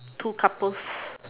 two couples